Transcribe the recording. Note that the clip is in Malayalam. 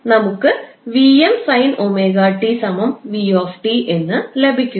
നമുക്ക് 𝑉𝑚 sin 𝜔𝑡 𝑣𝑡 എന്ന് ലഭിക്കുന്നു